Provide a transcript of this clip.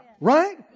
Right